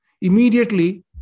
immediately